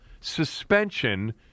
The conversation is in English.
suspension